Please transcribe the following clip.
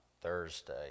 Thursday